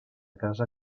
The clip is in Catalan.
casa